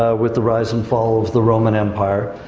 ah with the rise and fall of the roman empire.